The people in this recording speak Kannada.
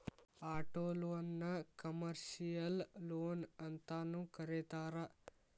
ಆಟೊಲೊನ್ನ ಕಮರ್ಷಿಯಲ್ ಲೊನ್ಅಂತನೂ ಕರೇತಾರ